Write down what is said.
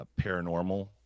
paranormal